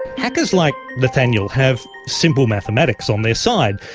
hackers like nathaniel have simple mathematics on their side,